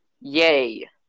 Yay